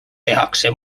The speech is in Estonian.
tehakse